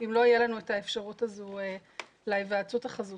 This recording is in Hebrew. אם לא תהיה לנו את האפשרות להיוועדות החזותית.